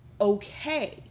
okay